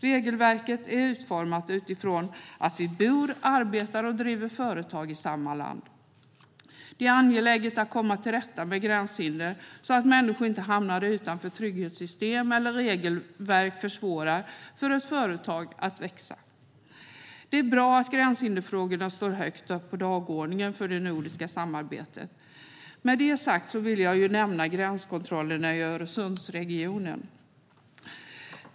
Regelverket är utformat utifrån att vi bor, arbetar och driver företag i samma land. Det är angeläget att komma till rätta med gränshinder så att inte människor hamnar utanför trygghetssystem och så att inte regelverk försvårar för företag att växa. Det är bra att gränshinderfrågorna står högt upp på dagordningen för det nordiska samarbetet. Med det sagt vill jag nämna gränskontrollerna i Öresundsregionen.